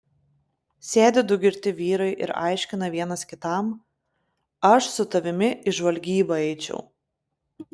sėdi du girti vyrai ir aiškina vienas kitam aš su tavimi į žvalgybą eičiau